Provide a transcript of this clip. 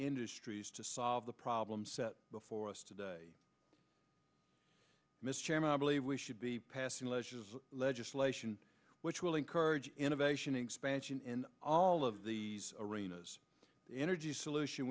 industries to solve the problem set before us today mr chairman i believe we should be passing leisure legislation which will encourage innovation expansion in all of the arenas energy solution